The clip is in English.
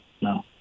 no